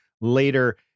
later